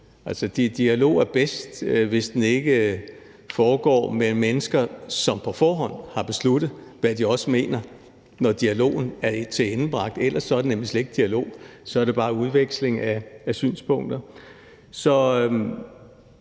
dialog er bedst, hvis den ikke foregår mellem mennesker, som på forhånd har besluttet, hvad de vil mene, når dialogen er tilendebragt – ellers er det nemlig slet ikke dialog, så er det bare udveksling af synspunkter.